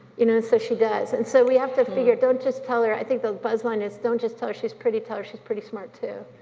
you know, so she does. and so we have to figure, don't just tell her, i think the buzz line is, don't just tell her she's pretty, tell her she's pretty smart too.